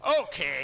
Okay